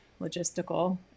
logistical